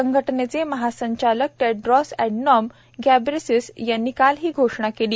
संघटनेचे महासंचालक Tedros Adhanom Ghebreyesus यांनी काल ही घोषणा केली